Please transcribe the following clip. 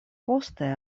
poste